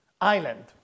island